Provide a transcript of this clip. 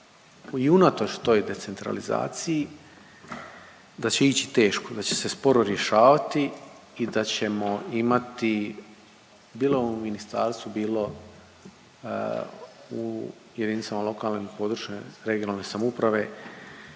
i unatoč toj decentralizaciji da će ići teško, da će se sporo rješavati i da ćemo imati bilo u ministarstvu, bilo u JLPRS uska grla gdje će se tražit